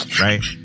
Right